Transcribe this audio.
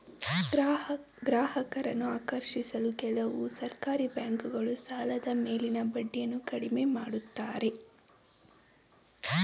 ಗ್ರಾಹಕರನ್ನು ಆಕರ್ಷಿಸಲು ಕೆಲವು ಸಹಕಾರಿ ಬ್ಯಾಂಕುಗಳು ಸಾಲದ ಮೇಲಿನ ಬಡ್ಡಿಯನ್ನು ಕಡಿಮೆ ಮಾಡುತ್ತಾರೆ